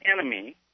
enemy